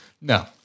No